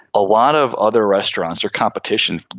a lot of other restaurants are competition.